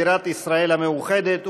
בירת ישראל המאוחדת,